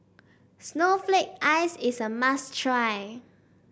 Snowflake Ice is a must try